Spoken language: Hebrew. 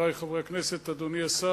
חברי חברי הכנסת, אדוני השר,